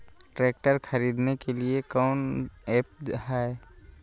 Tractor खरीदने के लिए कौन ऐप्स हाय?